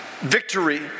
victory